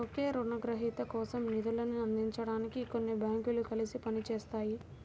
ఒకే రుణగ్రహీత కోసం నిధులను అందించడానికి కొన్ని బ్యాంకులు కలిసి పని చేస్తాయి